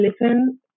listen